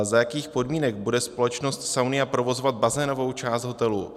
Za jakých podmínek bude společnost Saunia provozovat bazénovou část hotelu?